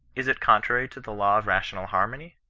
is it contrary to the law of rational harmony?